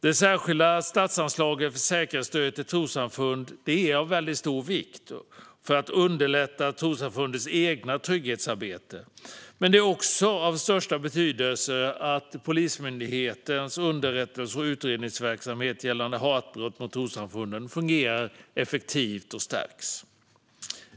Det särskilda statsanslaget för säkerhetsstöd till trossamfund är av mycket stor vikt för att underlätta trossamfundens eget trygghetsarbete. Men det är också av största betydelse att Polismyndighetens underrättelse och utredningsverksamhet gällande hatbrott mot trossamfunden fungerar effektivt och stärks.